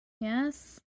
Yes